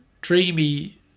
dreamy